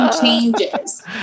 changes